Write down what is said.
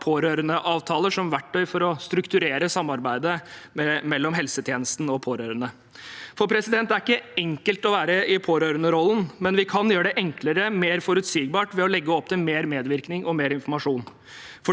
pårørendeavtaler som verktøy for å strukturere samarbeidet mellom helsetjenesten og pårørende. Det er ikke enkelt å være i pårørenderollen, men vi kan gjøre det enklere og mer forutsigbart ved å legge opp til mer medvirkning og mer informasjon.